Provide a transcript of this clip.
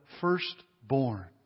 firstborn